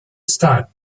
start